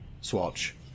swatch